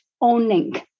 owning